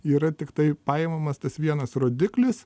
yra tiktai paimamas tas vienas rodiklis